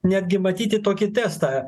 netgi matyti tokį testą